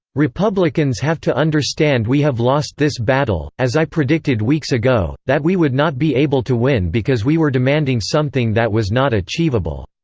republicans have to understand we have lost this battle, as i predicted weeks ago, that we would not be able to win because we were demanding something that was not achievable.